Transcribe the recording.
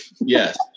Yes